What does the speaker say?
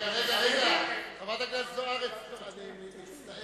רגע, חברת הכנסת זוארץ, אני מצטער.